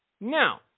Now